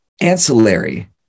ancillary